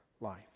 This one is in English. life